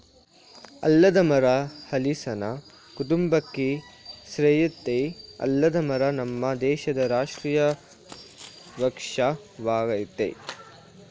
ಆಲದ್ ಮರ ಹಲ್ಸಿನ ಕುಟುಂಬಕ್ಕೆ ಸೆರಯ್ತೆ ಆಲದ ಮರ ನಮ್ ದೇಶದ್ ರಾಷ್ಟ್ರೀಯ ವೃಕ್ಷ ವಾಗಯ್ತೆ